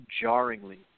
jarringly